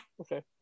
Okay